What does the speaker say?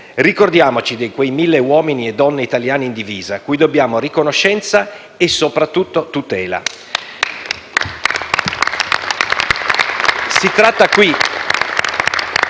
ricordiamoci di quei mille uomini e donne italiani in divisa, cui dobbiamo riconoscenza e soprattutto tutela.